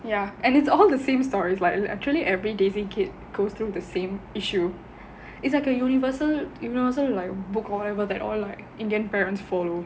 ya and it's all the same stories like literally every J_C kid goes through the same issue it's like a universal universal like book or whatever that all like indian parents follow